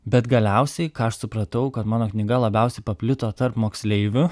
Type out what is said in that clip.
bet galiausiai ką aš supratau kad mano knyga labiausiai paplito tarp moksleivių